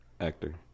Actor